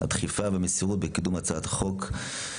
הדחיפה והמסירות בקידום הצעת החוק,